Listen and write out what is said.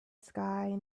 sky